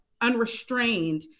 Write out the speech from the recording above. unrestrained